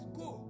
go